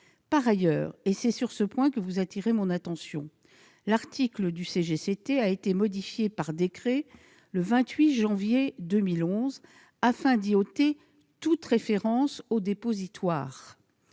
Par ailleurs, et c'est sur ce point que vous attirez mon attention, l'article R. 2213-29 du CGCT a été modifié par le décret du 28 janvier 2011, afin d'y ôter toute référence au « dépositoire